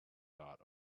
dot